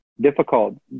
difficult